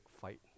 fight